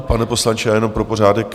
Pane poslanče, já jenom pro pořádek.